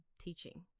teaching